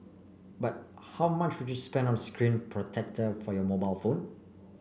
but how much would you spend on a screen protector for your mobile phone